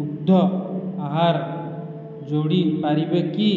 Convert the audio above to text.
ଦୁଗ୍ଧ ଆହାର ଯୋଡ଼ି ପାରିବେ କି